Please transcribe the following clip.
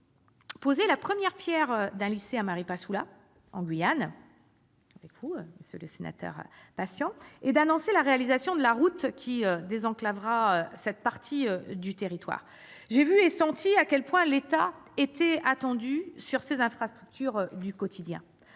poser la première pierre d'un lycée à Maripasoula, en Guyane, avec vous, monsieur Patient, et d'annoncer la réalisation de la route qui désenclavera cette partie du territoire. J'ai vu et senti à quel point l'État était attendu sur la question des infrastructures du quotidien.